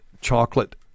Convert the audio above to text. chocolate